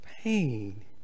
pain